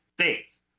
states